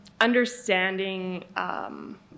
understanding